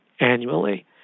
annually